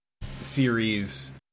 series